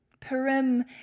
Perim